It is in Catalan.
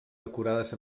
decorades